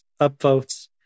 upvotes